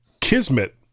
Kismet